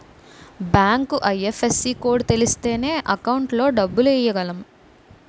bank IFSC code తెలిస్తేనే account లో డబ్బులు ఎయ్యగలం